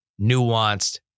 nuanced